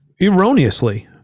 erroneously